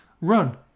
run